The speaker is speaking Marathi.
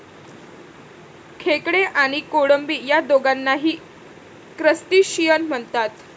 खेकडे आणि कोळंबी या दोघांनाही क्रस्टेशियन म्हणतात